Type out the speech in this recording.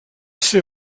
ser